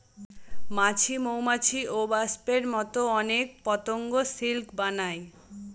মাছি, মৌমাছি, ওবাস্পের মতো অনেক পতঙ্গ সিল্ক বানায়